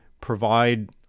provide